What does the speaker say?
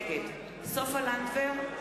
נגד סופה לנדבר,